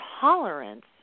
tolerance